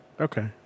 Okay